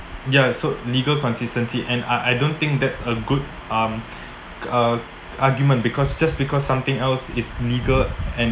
ya so legal consistency and I I don't think that's a good um uh argument because just because something else is legal and